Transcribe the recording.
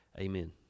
Amen